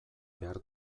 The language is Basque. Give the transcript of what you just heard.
behar